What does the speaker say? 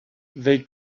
they